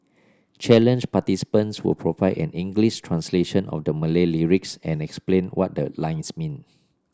challenge participants will provide an English translation of the Malay lyrics and explain what the lines mean